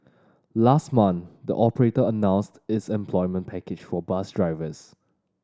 last month the operator announced its employment package for bus drivers